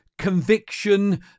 conviction